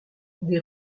des